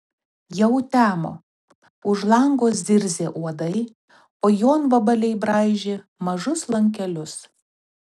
jau temo už lango zirzė uodai o jonvabaliai braižė mažus lankelius